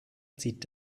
zieht